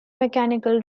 mechanical